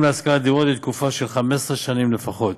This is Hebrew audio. בהשכרת דירות לתקופה של 15 שנים לפחות.